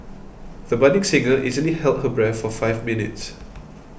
the budding singer easily held her breath for five minutes